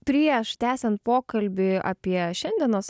prieš tęsiant pokalbį apie šiandienos